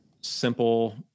simple